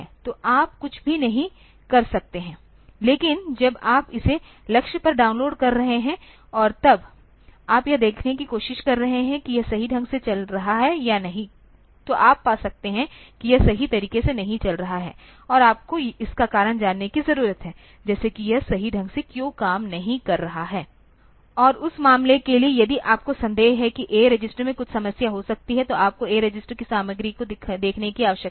तो आप कुछ भी नहीं कर सकते हैं लेकिन जब आप इसे लक्ष्य पर डाउनलोड कर रहे हैं और तब आप यह देखने की कोशिश कर रहे हैं कि यह सही ढंग से चल रहा है या नहीं तो आप पा सकते हैं कि यह सही तरीके से नहीं चल रहा है और आपको इसका कारण जानने की जरूरत है जैसे कि यह सही ढंग से क्यों काम नहीं कर रहा है और उस मामले के लिए यदि आपको संदेह है कि A रजिस्टर में कुछ समस्या हो सकती है तो आपको A रजिस्टर की सामग्री को देखने की आवश्यकता है